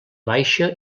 baixa